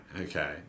Okay